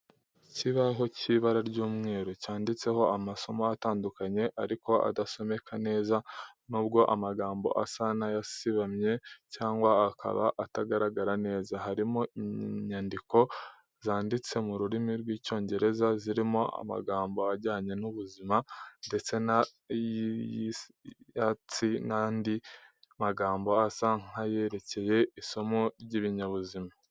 Ikibaho cy'ibara ry'umweru cyanditseho amasomo atandukanye ariko adasomeka neza. Nubwo amagambo asa n’ayasibamye cyangwa akaba atagaragara neza, harimo inyandiko zanditse mu rurimi rw’cIyongereza, zirimo amagambo ajyanye n’ubuzima ndetse na siyansi n’andi magambo asa nk’ayerekeye isomo ry’ibinyabuzima.